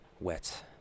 Wet